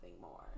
more